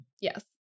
yes